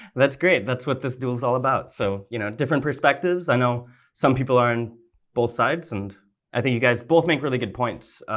that's great. and that's what this duel is all about. so, you know, different perspectives. i know some people are on both sides. and i think you guys both make really good points.